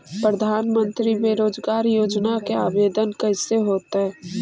प्रधानमंत्री बेरोजगार योजना के आवेदन कैसे होतै?